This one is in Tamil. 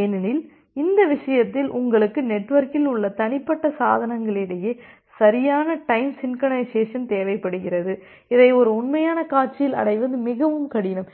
ஏனெனில் அந்த விஷயத்தில் உங்களுக்கு நெட்வொர்க்கில் உள்ள தனிப்பட்ட சாதனங்களிடையே சரியான டைம் சின்கொரைனைசேஸன் தேவைப்படுகிறது இதை ஒரு உண்மையான காட்சியில் அடைவது மிகவும் கடினம்